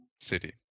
city